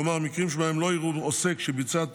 כלומר מקרים שבהם לא יראו עוסק שביצע את